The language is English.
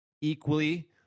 equally